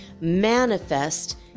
manifest